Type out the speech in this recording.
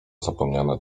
zapomniana